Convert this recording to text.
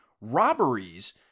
robberies